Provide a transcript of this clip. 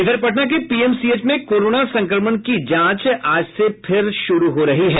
इधर पटना के पीएमसीएच में कोरोना संक्रमण की जांच आज से फिर शुरू हो रही है